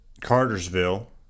cartersville